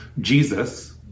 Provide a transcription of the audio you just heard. Jesus